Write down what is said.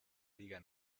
liga